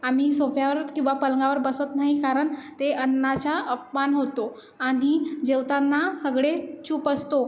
आम्ही सोफ्यावर किंवा पलंगावर बसत नाही कारण ते अन्नाचा अपमान होतो आणि जेवताना सगळे चूप असतो